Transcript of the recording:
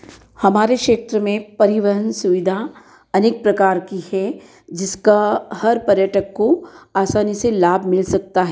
हमारे क्षेत्र में परिवहन सुविधा अनेक प्रकार की है जिसका हर पर्यटक को आसानी से लाभ मिल सकता है